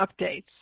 Updates